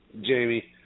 Jamie